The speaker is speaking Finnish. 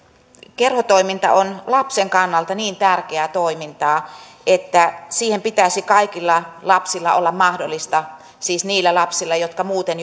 kerhotoiminta on lapsen kannalta niin tärkeää toimintaa että siihen pitäisi kaikilla lapsilla olla mahdollisuus siis niillä lapsilla jotka muuten